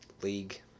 league